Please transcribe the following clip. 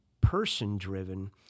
person-driven